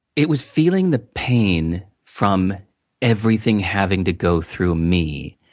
it was feeling the pain, from everything having to go through me.